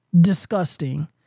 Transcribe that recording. Disgusting